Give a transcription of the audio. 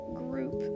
group